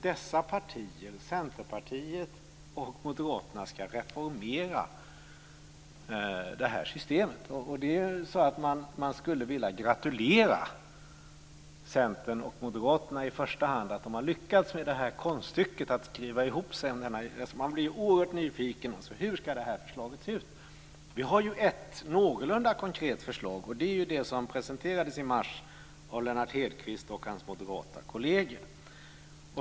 Dessa partier - Centerpartiet och Moderaterna - ska reformera det här systemet! Det är så att man skulle vilja gratulera Centern och Moderaterna att de har lyckats med konststycket att skriva ihop sig i denna fråga. Jag blir oerhört nyfiken på hur förslaget ska se ut. Det finns ett någorlunda konkret förslag, nämligen det som presenterades i mars av Lennart Hedquist och hans moderata kolleger.